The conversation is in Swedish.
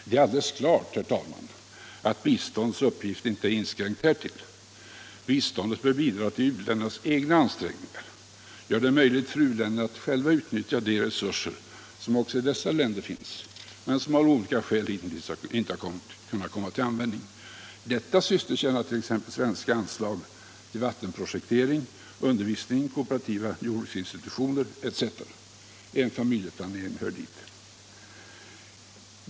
Det är alldeles klart, herr talman, att biståndets uppgift inte är inskränkt härtill; biståndet bör bidra till u-ländernas egna ansträngningar, göra det möjligt för u-länderna att själva utnyttja de resurser som finns också i dessa länder, men som av olika skäl hittills inte har kunnat komma till användning. Detta syfte tjänar t.ex. de svenska anslagen till vattenprojektering, undervisning, kooperativa jordbruksinstitutioner. Även familjeplaneringen hör hit.